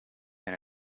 and